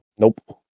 Nope